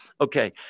Okay